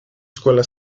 escuela